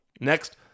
Next